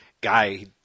guy